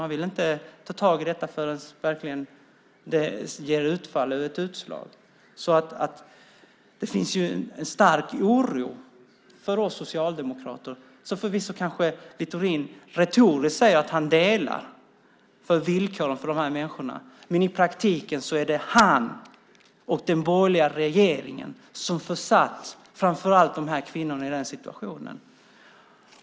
Man vill inte ta tag i det förrän det ger ett utslag. Det finns en stark oro bland oss socialdemokrater, som Littorin förvisso kanske retoriskt säger att han delar, för villkoren för de här människorna. Men i praktiken är det han och den borgerliga regeringen som försatt framför allt dessa kvinnor i den här situationen.